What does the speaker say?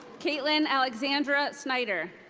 kaitlin alexandra snyder.